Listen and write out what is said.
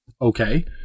okay